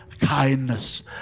kindness